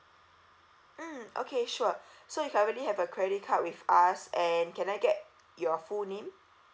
mm okay sure so if you already have a credit card with us and can I get your full name